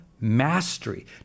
mastery